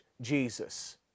Jesus